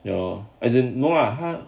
ya lor as in no lah 他